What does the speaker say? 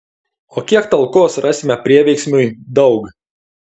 o kiek talkos rasime prieveiksmiui daug